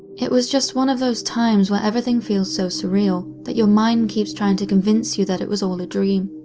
it was one of those times where everything feels so surreal, that your mind keeps trying to convince you that it was all a dream.